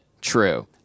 True